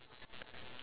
yes